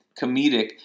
comedic